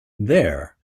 there